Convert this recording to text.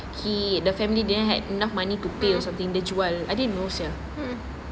he the family didn't have enough money to pay or something dia jual I didn't know sia